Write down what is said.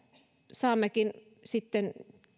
saammekin sitten